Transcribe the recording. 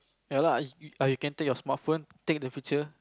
ya lah you can take the smartphone take the picture